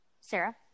sarah